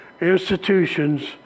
institutions